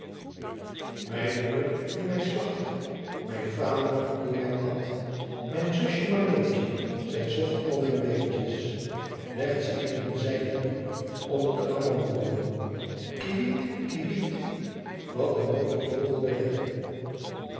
mijn moeder die mij slacht mijn vader die mij at mijn zusje marleentje zij zocht al mijn beentjes legt ze in een zijden doek onder den amandelboom kiewit kiewit wat een mooie vogel ben ik